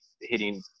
hitting